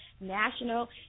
national